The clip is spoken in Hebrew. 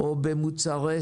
בוקר טוב,